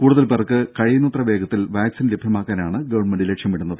കൂടുതൽപേർക്ക് കഴിയുന്നത്രവേഗത്തിൽ വാക്സിൻ ലഭ്യമാക്കാനാണ് ഗവൺമെന്റ് ലക്ഷ്യമിടുന്നത്